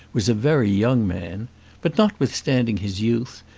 was a very young man but, notwithstanding his youth,